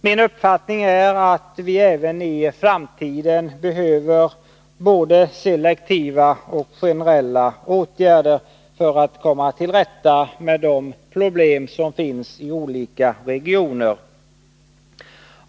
Min uppfattning är att vi även i framtiden behöver både selektiva och generella åtgärder för att komma till rätta med de problem som finns i olika regioner.